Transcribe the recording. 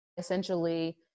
essentially